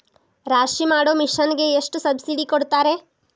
ರಾಶಿ ಮಾಡು ಮಿಷನ್ ಗೆ ಎಷ್ಟು ಸಬ್ಸಿಡಿ ಕೊಡ್ತಾರೆ?